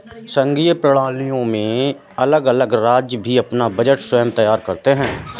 संघीय प्रणालियों में अलग अलग राज्य भी अपना बजट स्वयं तैयार करते हैं